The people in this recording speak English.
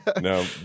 No